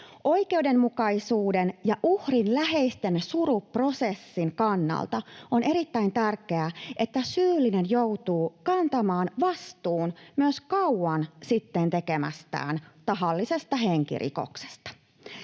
Oikeudenmukaisuuden ja uhrin läheisten suruprosessin kannalta on erittäin tärkeää, että syyllinen joutuu kantamaan vastuun myös kauan sitten tekemästään tahallisesta henkirikoksesta.